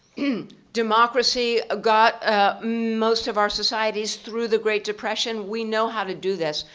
democracy ah got ah most of our societies through the great depression. we know how to do this,